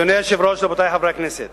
אדוני היושב-ראש, רבותי חברי הכנסת,